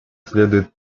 следует